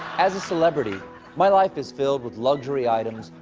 as a celebrity my life is filled with luxury items,